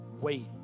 wait